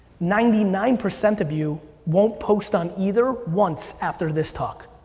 ninety nine percent of you won't post on either once after this talk.